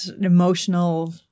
emotional